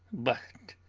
but,